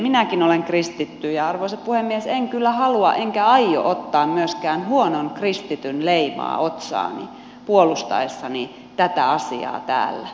minäkin olen kristitty enkä arvoisa puhemies kyllä halua enkä aio ottaa myöskään huonon kristityn leimaa otsaani puolustaessani tätä asiaa täällä